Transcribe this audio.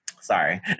sorry